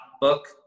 book